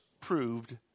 proved